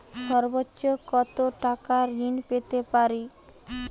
সর্বোচ্চ কত টাকা ঋণ পেতে পারি?